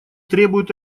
требуют